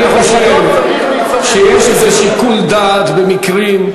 אני חושב שיש איזה שיקול דעת במקרים,